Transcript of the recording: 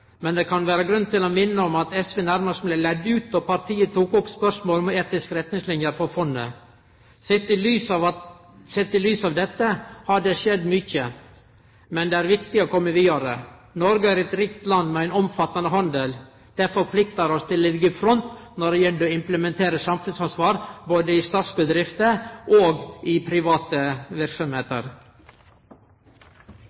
Men det kan vere grunn til å minne om at SV nærmast blei ledd ut då partiet tok opp spørsmålet om etiske retningsliner for fondet. Sett i lys av dette har det skjedd mykje, men det er viktig å komme vidare. Noreg er eit rikt land med ein omfattande handel. Det forpliktar oss til å liggje i front når det gjeld å implementere samfunnsansvar i både statsbedrifter og i private